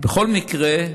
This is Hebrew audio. בכל מקרה,